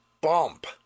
bump